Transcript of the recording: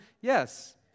Yes